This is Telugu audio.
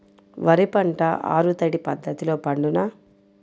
వరి పంట ఆరు తడి పద్ధతిలో పండునా?